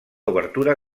obertura